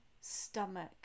stomach